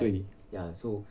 对